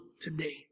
today